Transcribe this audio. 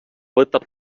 võtab